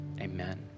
amen